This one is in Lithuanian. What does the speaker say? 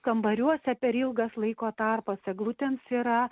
kambariuose per ilgas laiko tarpas eglutėms yra